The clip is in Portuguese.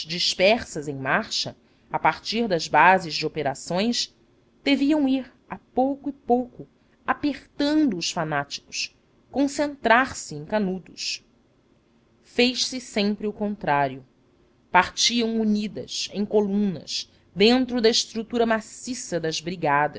dispersas em marcha a partir da base das operações deviam ir a pouco e pouco apertando os fanáticos concentrar-se em canudos fez-se sempre o contrário partiam unidas em colunas dentro da estrutura maciça das brigadas